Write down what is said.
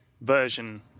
version